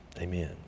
Amen